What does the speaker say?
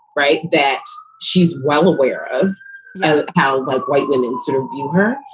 right. that she's well aware of how. like white women sort of view her.